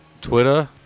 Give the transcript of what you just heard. Twitter